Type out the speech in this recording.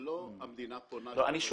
אבל איך אפשר